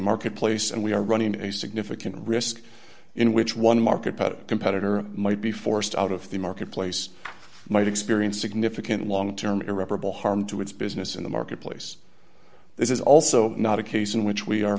marketplace and we are running a significant risk in which one market competitor might be forced out of the marketplace might experience significant long term irreparable harm to its business in the marketplace this is also not a case in which we are